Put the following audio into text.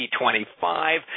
T25